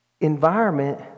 environment